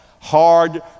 hard